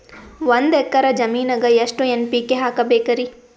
ಒಂದ್ ಎಕ್ಕರ ಜಮೀನಗ ಎಷ್ಟು ಎನ್.ಪಿ.ಕೆ ಹಾಕಬೇಕರಿ?